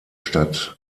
stadt